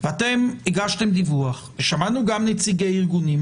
ואתם הגשתם דיווח ושמענו גם נציגי ארגונים,